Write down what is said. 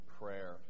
prayer